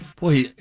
Boy